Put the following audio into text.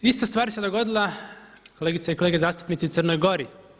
Ista stvar se dogodila, kolegice i kolege zastupnici i u Crnoj Gori.